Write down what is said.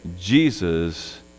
Jesus